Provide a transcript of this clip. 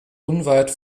unweit